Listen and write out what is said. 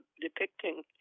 depicting